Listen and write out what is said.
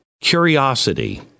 curiosity